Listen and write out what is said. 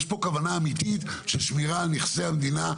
יש פה כוונה אמיתית של שמירה על נכסי המדינה,